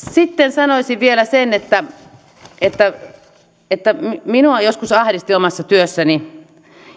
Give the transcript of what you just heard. sitten sanoisin vielä sen että että minua joskus ahdisti omassa työssäni